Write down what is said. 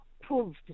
proved